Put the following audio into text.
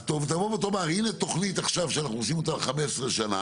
אז תבוא ותאמר הנה תוכנית עכשיו שאנחנו עושים אותה 15 שנים,